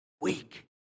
weak